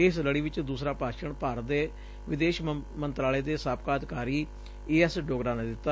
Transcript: ਇਸ ਲੜੀ ਵਿਚ ਦੁਸਰਾ ਭਾਸ਼ਣ ਭਾਰਤ ਦੇ ਵਿਦੇਸ਼ ਮੰਤਰਾਲੇ ਦੇ ਸਾਬਕਾ ਅਧਿਕਾਰੀ ਏ ਐਸ ਡੋਗਰਾ ਨੇ ਦਿੱਤਾ